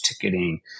ticketing